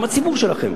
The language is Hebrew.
גם בציבור שלכם.